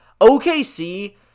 okc